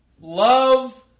Love